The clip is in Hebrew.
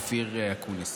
אופיר אקוניס.